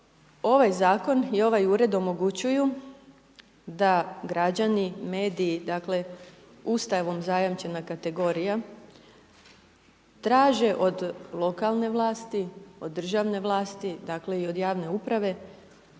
ovaj Zakon i ovaj Ured omogućuju da građani, mediji, dakle, ustavom zajamčena kategorija, traže od lokalne vlasti, od državne vlasti, dakle, i od javne uprave,